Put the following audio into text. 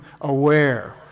aware